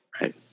Right